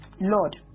Lord